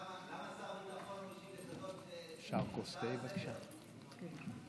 למה שר הביטחון לא יושב להקשיב להצעה לסדר-היום שכזאת?